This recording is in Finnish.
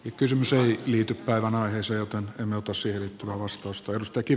kysymys ei liity päivän aiheeseen joten emme ota siihen liittyvää vastausta